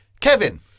Kevin